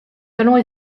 allons